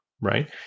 right